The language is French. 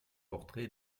portraits